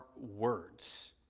words